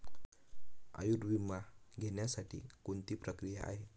आयुर्विमा घेण्यासाठी कोणती प्रक्रिया आहे?